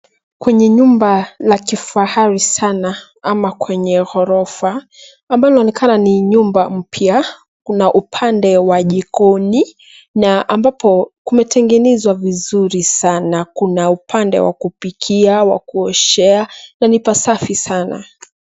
Kwenye nyumba la kifahari sana ama kwenye orofa, ambalo linaonekana ni nyumba mpya. Kuna upande wa jikoni na ambapo kumetengenezwa vizuri sana, kuna upande wa kupikia kuoshea na ni pasafi sana.